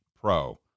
pro